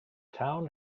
town